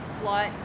plot